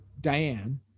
Diane